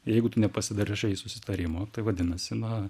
jeigu tu nepasidarašai susitarimo tai vadinasi na